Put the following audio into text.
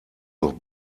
noch